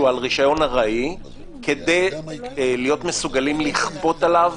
שהוא על רשיון ארעי כדי להיות מסוגלים לכפות עליו